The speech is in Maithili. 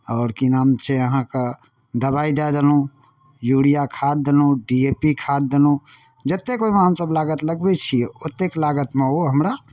आओर की नाम छै अहाँकेँ दवाइ दए देलहुँ यूरिया खाद देलहुँ डी ए पी खाद देलहुँ जतेक ओहिमे हमसभ लागत लगबै छियै ओतेक लागतमे ओ हमरा